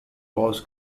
was